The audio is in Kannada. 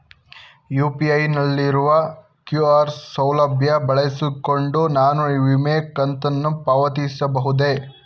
ಯು.ಪಿ.ಐ ನಲ್ಲಿರುವ ಕ್ಯೂ.ಆರ್ ಸೌಲಭ್ಯ ಬಳಸಿಕೊಂಡು ನಾನು ವಿಮೆ ಕಂತನ್ನು ಪಾವತಿಸಬಹುದೇ?